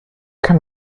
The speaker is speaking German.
kann